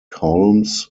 holmes